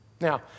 Now